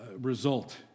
result